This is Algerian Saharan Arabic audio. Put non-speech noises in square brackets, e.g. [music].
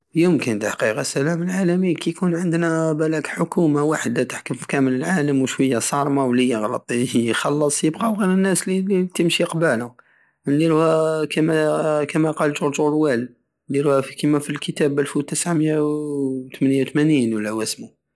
يمكن تحقيقةالسلام العالمي كي يكون عندنا بالاك حكومة وحدة تحكم في كامل العالم وشوية صارمة والي يخلط يخلص يبقاو غير الناس الي- الي تمشي قبالة والي [hesitation] كما- كما قال جورج أوروال كما في كتاب الف وتسعة ميا وتمنية وتمانين